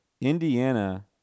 Indiana